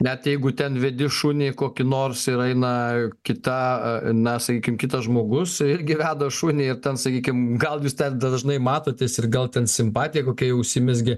net jeigu ten vedi šunį kokį nors ir eina kita na sakykim kitas žmogus irgi veda šunį ir ten sakykime gal jūs ten dažnai matotės ir gal ten simpatija kokia jau užsimezgė